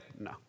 No